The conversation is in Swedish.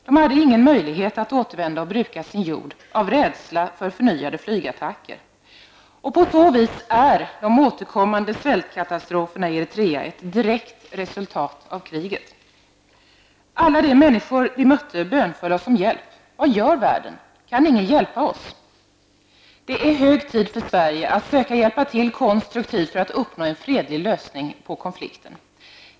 De hade av rädsla för förnyade flygattacker ingen möjlighet att återvända och bruka sin jord. På så vis är de återkommande svältkatastroferna i Eritrea ett direkt resultat av kriget. Alla människor som vi mötte bönföll oss om hjälp. Det är hög tid för Sverige att söka hjälpa till konstruktivt för att uppnå en fredlig lösning av konflikten.